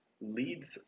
leads